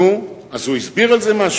נו, אז הוא הסביר על זה משהו?